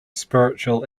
spiritual